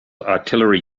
artillery